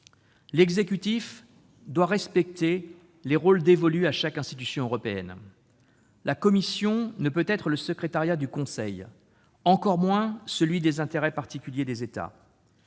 L'exécutif doit respecter les rôles dévolus à chaque institution européenne. La Commission ne peut être le secrétariat du Conseil, encore moins celui des intérêts particuliers des États.